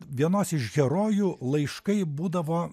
vienos iš herojų laiškai būdavo